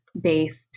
based